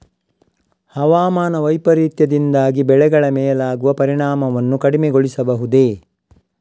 ಹವಾಮಾನ ವೈಪರೀತ್ಯದಿಂದಾಗಿ ಬೆಳೆಗಳ ಮೇಲಾಗುವ ಪರಿಣಾಮವನ್ನು ಕಡಿಮೆಗೊಳಿಸಬಹುದೇ?